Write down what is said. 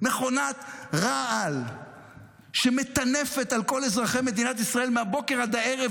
מכונת רעל שמטנפת על כל אזרחי מדינת ישראל מהבוקר עד הערב,